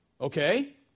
Okay